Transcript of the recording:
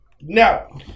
no